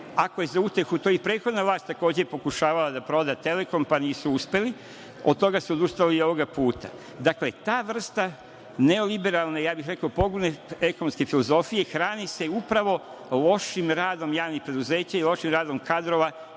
Ako je za utehu, i prethodna vlast je takođe pokušavala da proda Telekom, pa nisu uspeli. Od toga se odustalo i ovoga puta. Dakle, ta vrsta neoliberalne, ja bih rekao pogubne ekonomske filozofije hrani se upravo lošim radom javnih preduzeća i lošim radom kadrova,